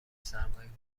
سرمایهگذارهای